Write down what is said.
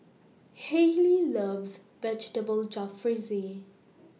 Hailey loves Vegetable Jalfrezi